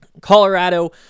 Colorado